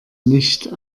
nicht